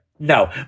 No